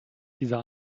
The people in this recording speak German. dieser